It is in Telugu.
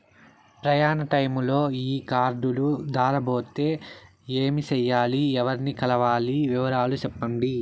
ప్రయాణ టైములో ఈ కార్డులు దారబోతే ఏమి సెయ్యాలి? ఎవర్ని కలవాలి? వివరాలు సెప్పండి?